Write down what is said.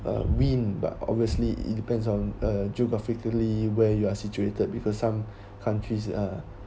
uh wind but obviously it depends on uh geographically where you are situated because some countries uh